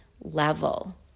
level